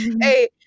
Hey